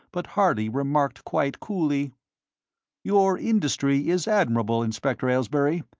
but harley remarked quite coolly your industry is admirable, inspector aylesbury,